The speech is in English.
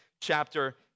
chapter